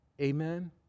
Amen